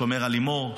שומר על לימור,